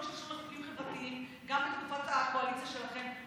גם בתקופת הקואליציה שלכם.